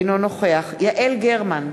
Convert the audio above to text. אינו נוכח יעל גרמן,